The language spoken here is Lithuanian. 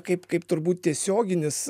kaip kaip turbūt tiesioginis